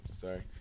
sorry